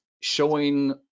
showing